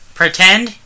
pretend